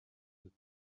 with